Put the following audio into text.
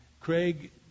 Craig